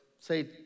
say